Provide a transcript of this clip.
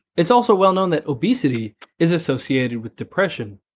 it's also well known that obesity is associated with depression,